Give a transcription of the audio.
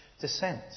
descent